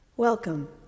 Welcome